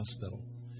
Hospital